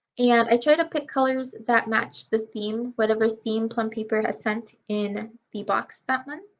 and yeah i try to pick colors that match the theme, whatever theme plum paper has sent in the box that month.